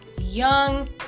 young